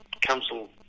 council